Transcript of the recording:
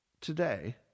today